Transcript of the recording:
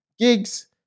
Gigs